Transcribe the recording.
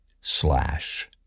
slash